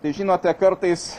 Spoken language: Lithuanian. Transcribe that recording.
tai žinote kartais